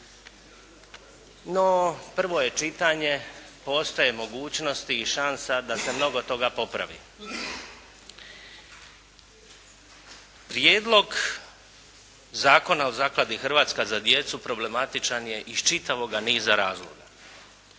No, prvo je čitanje, postoje mogućnosti i šansa da se mnogo toga popravi. Prijedlog zakona o zakladi „Hrvatska za djecu“ problematičan je iz čitavog niza razloga.